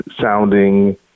sounding